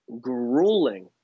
grueling